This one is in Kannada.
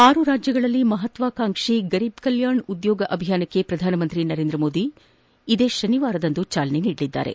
ಆರು ರಾಜ್ಲಗಳಲ್ಲಿ ಮಹತ್ವಾಕಾಂಕ್ಷಿ ಗರೀಬ್ ಕಲ್ವಾಣ ಉದ್ಯೋಗ ಅಭಿಯಾನಕ್ಕೆ ಪ್ರಧಾನಮಂತ್ರಿ ನರೇಂದ್ರ ಮೋದಿ ಇದೇ ಶನಿವಾರದಂದು ಚಾಲನೆ ನೀಡಲಿದ್ದಾರೆ